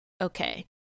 okay